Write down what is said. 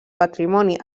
patrimoni